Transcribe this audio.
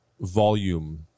volume